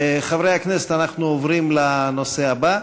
חברי הכנסת, אנחנו עוברים לנושא הבא: